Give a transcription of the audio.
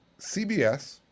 cbs